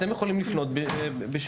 אתם יכולים לפנות בשמו.